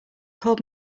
called